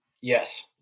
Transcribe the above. Yes